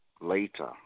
later